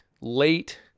late